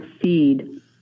feed